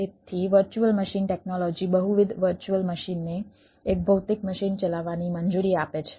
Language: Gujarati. તેથી વર્ચ્યુઅલ મશીન ટેક્નોલોજી બહુવિધ વર્ચ્યુઅલ મશીનને એક ભૌતિક મશીન ચલાવવાની મંજૂરી આપે છે